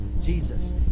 Jesus